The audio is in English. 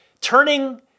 turning